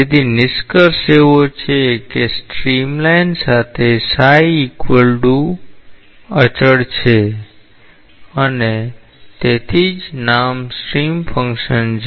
તેથી નિષ્કર્ષ એવો છે કે સ્ટ્રીમલાઇન સાથે અચળ છે અને તેથી જ નામ સ્ટ્રીમ ફંક્શન છે